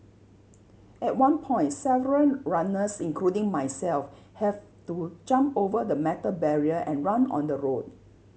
at one point several runners including myself have to jump over the metal barrier and run on the road